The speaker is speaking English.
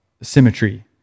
symmetry